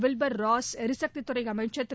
Wilbur Ross எரிசக்தித்துறை அமைச்சர் திரு